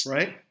Right